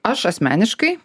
aš asmeniškai